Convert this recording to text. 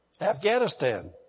Afghanistan